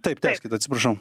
taip tęskit atsiprašau